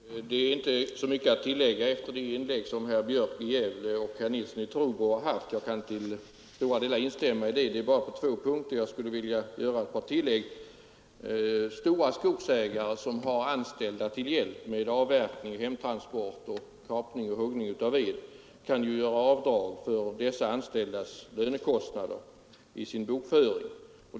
Herr talman! Det finns inte så mycket att tillägga efter de inlägg som herr Björk i Gävle och herr Nilsson i Trobro har haft. Jag kan till stora delar instämma; det är bara på två punkter jag skulle vilja göra ett tillägg. Stora skogsägare, som har anställda till hjälp med avverkning, hemtransport, kapning och huggning av ved, kan göra avdrag i sin bokföring för dessa lönekostnader.